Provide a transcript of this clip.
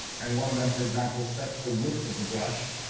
and one of them, for example, sets the width of the brush.